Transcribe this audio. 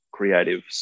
creatives